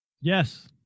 Yes